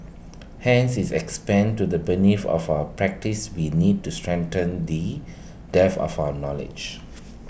hence is expand to the beneath of our practice we need to strengthen the depth of our knowledge